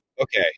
Okay